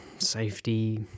Safety